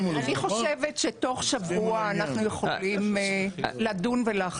אני חושבת שתוך שבוע אנחנו יכולים לדון ולהחליט.